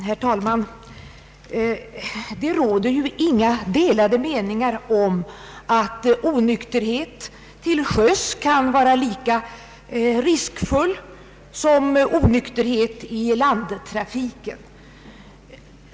Herr talman! Det råder ju inga delade meningar om att onykterhet till sjöss kan vara lika riskfull som onykterhet i landtrafiken.